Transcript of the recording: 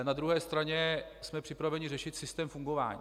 Na druhé straně jsme připraveni řešit systém fungování.